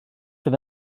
fydd